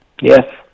Yes